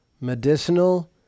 medicinal